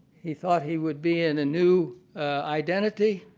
he thought he would be in a new identity.